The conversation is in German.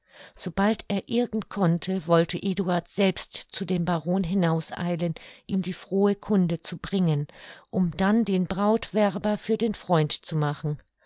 sobald er irgend konnte wollte eduard selbst zu dem baron hinaus eilen ihm die frohe kunde zu bringen um dann den brautwerber für den freund zu machen